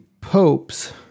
popes